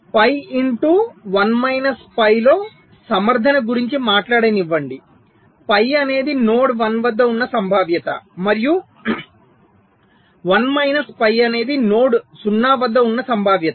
పై into 1 minus pi లో సమర్థన గురించి మాట్లాడనివ్వండి పై అనేది నోడ్ 1 వద్ద ఉన్న సంభావ్యత మరియు 1 మైనస్ పై అనేది నోడ్ 0 వద్ద ఉన్న సంభావ్యత